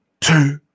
two